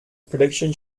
prediction